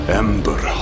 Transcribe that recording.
ember